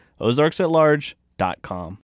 ozarksatlarge.com